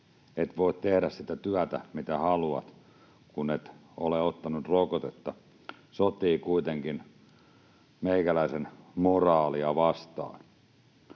et voi tehdä sitä työtä, mitä haluat, kun et ole ottanut rokotetta — sotii meikäläisen moraalia vastaan.